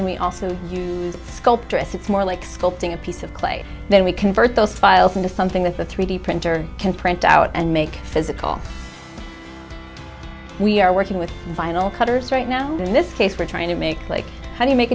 then we also use sculptress it's more like sculpting a piece of clay then we convert those files into something that the three d printer can print out and make physical we are working with vinyl cutters right now in this case we're trying to make like how do you make